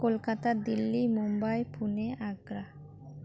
Kolkata Delhi Mumbai Pune Agra